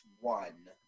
one